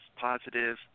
positive